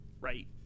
right